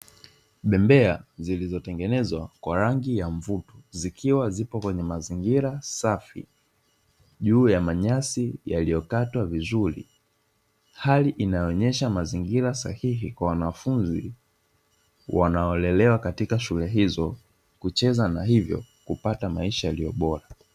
Bembea zilizotengenezwa kwa rangi ya mvuto, zikiwa zipo kwenye mazingira safi juu ya manyasi yaliyokatwa vizuri, hali inayoonyesha mazingira sahihi kwa wanafunzi wanao lelewa katika shule hizo kucheza na hivyo kupata maisha yaliyo bora.